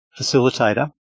facilitator